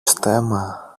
στέμμα